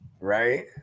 Right